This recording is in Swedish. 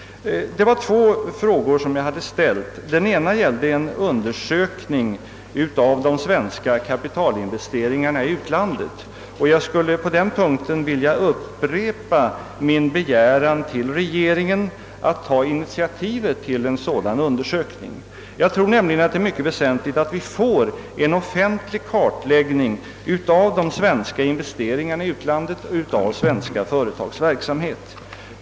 Det var två frågor som jag hade ställt. Den ena gällde en undersökning av de svenska kapitalinvesteringarna i utlandet. Jag skulle på den punkten vilja upprepa min begäran till regeringen att ta initiativet till en sådan undersökning. Jag tror nämligen att det är mycket betydelsefullt att vi får en offentlig kartläggning av de svenska investeringarna i utlandet och av svenska företags verksamhet där.